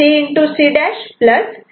C' C' C'